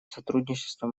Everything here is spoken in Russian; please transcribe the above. сотрудничество